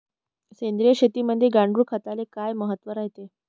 सेंद्रिय शेतीमंदी गांडूळखताले काय महत्त्व रायते?